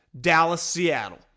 Dallas-Seattle